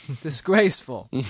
Disgraceful